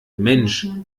mensch